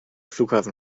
flughafen